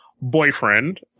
boyfriend